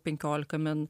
penkiolika min